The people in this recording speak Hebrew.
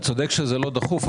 ,אתה צודק שזה לא דחוף,